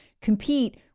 compete